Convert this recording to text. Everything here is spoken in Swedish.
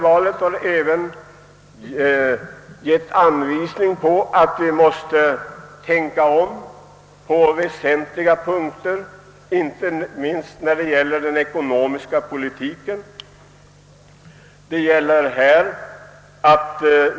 Valet har emellertid visat att vi måste tänka om på väsentliga punkter, inte minst när det gäller den ekonomiska politiken.